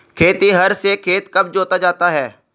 खेतिहर से खेत कब जोता जाता है?